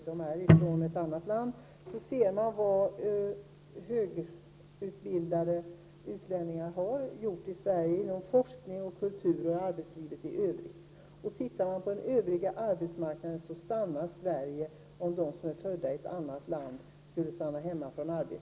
Det är lätt att finna att högutbildade utlänningar uträttat mycket i Sverige inom forskning, kultur och arbetsliv i övrigt. När det gäller arbetsmarknaden i övrigt är det faktiskt så att Sverige skulle stanna, om de arbetstagare som kommer från andra länder stannade hemma en vecka.